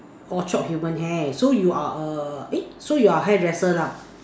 orh chop human hair so you are a eh so you're hair dresser lah